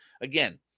again